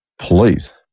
Please